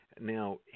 Now